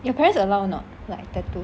your parents allow or not like tattoo